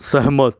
सहमत